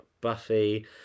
Buffy